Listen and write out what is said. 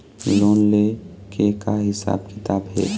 Loan ले के का हिसाब किताब हे?